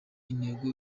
intego